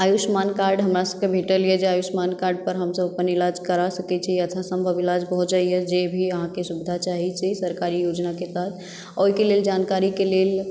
Ayushman card हमरासभके भेटल यए जे आयुष्मान कार्डपर हमसभ अपन इलाज करा सकैत छी यथासम्भव इलाज भऽ जाइए जे भी अहाँकेँ सुविधा चाही से सरकारी योजनाके तहत ओहिके लेल जानकारीक लेल